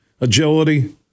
agility